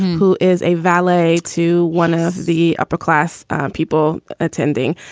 who is a valet to one of the upper-class people attending.